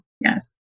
yes